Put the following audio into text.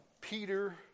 Peter